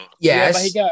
Yes